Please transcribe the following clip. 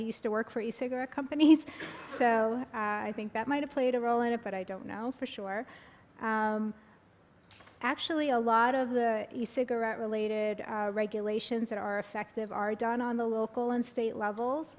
he used to work for the cigarette companies so i think that might have played a role but i don't know for sure actually a lot of the cigarette related regulations that are effective are done on the local and state levels